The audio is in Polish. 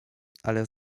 ale